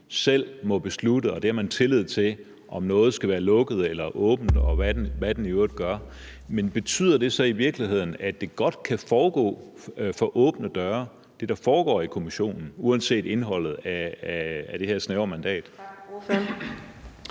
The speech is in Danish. selv må beslutte – og det har man tillid til – om noget skal være lukket eller åbent, og hvad den i øvrigt gør. Men betyder det så i virkeligheden, at det, der foregår i kommissionen, godt kan foregå for åbne døre uanset indholdet af det her snævre mandat?